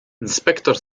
inspektor